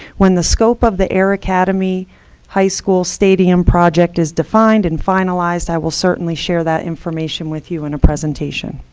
when the scope of the air academy high school stadium project is defined and finalized, i will certainly share that information with you in a presentation.